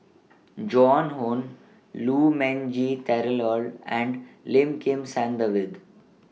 Joan Hon Lu Ming Teh Earl and Lim Kim San David